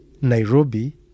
Nairobi